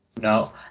No